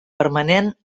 permanent